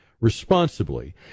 responsibly